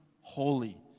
holy